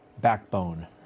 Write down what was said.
backbone